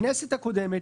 הכנסת הקודמת,